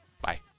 Bye